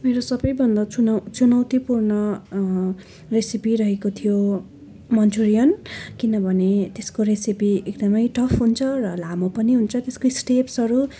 मेरो सबैभन्दा चुनौ चिनौतीपूर्ण रेसिपी रहेको थियो मन्चुरियन किनभने त्यसको रेसिपी एकदमै टफ हुन्छ र लामो पनि हुन्छ त्यसको स्टेप्सहरू